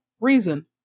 reason